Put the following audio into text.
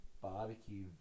barbecue